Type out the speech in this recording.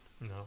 no